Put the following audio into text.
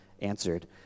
answered